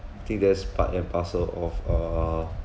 I think that's part and parcel of uh